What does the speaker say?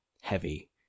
heavy